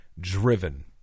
driven